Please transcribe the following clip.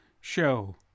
show